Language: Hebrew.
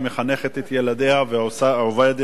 היא מחנכת את ילדיה ועובדת